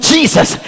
Jesus